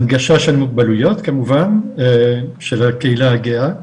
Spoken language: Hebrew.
הנגשה של מוגבלויות כמובן של הקהילה הגאה,